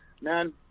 man